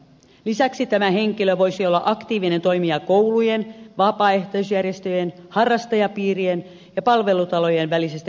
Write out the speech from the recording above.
lisäksi tämä henkilö voisi olla aktiivinen toimija koulujen vapaaehtoisjärjestöjen harrastajapiirien ja palvelutalojen välisessä yhteistoiminnassa